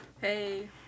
Hey